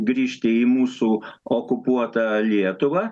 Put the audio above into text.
grįžti į mūsų okupuotą lietuvą